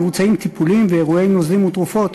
מבוצעים טיפולים ועירויי נוזלים ותרופות,